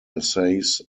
essays